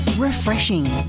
Refreshing